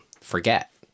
forget